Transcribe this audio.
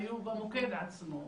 היו במוקד עצמו,